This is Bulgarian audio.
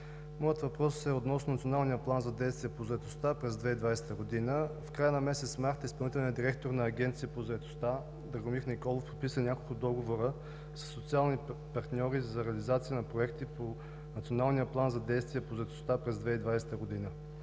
моят въпрос е относно Националния план за действие по заетостта през 2020 г. В края на месец март изпълнителният директор на Агенцията по заетостта Драгомир Николов подписа няколко договора със социални партньори за реализация на проекти по Националния план за действие по заетостта през 2020 г.